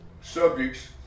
subjects